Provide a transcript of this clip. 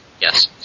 Yes